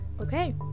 Okay